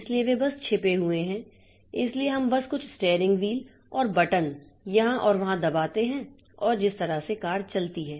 इसलिए वे बस छिपे हुए हैं इसलिए हम बस कुछ स्टीयरिंग व्हील और बटन यहां और वहां दबाते हैं और जिस तरह से कार चलती है